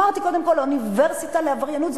אמרתי קודם: אוניברסיטה לעבריינות.